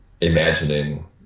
imagining